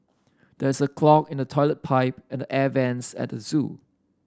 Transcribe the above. there's a clog in the toilet pipe and the air bents at the zoo